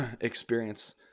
experience